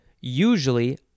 usually